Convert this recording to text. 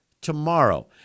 tomorrow